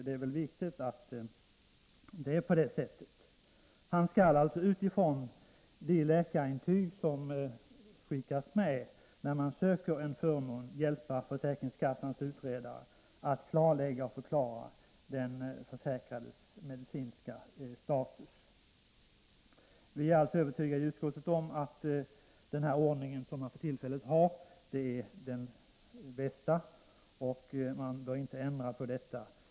Det är viktigt att det är så. Han skall med utgångspunkt i det läkarintyg som skickas med när man söker en förmån hjälpa försäkringskassans utredare att klarlägga den försäkrades medicinska status. Vi är inom utskottet övertygade om att den nuvarande ordningen är den bästa. Man bör inte ändra på den.